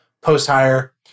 post-hire